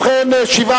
ההצעה